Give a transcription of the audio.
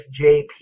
JP